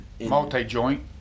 Multi-joint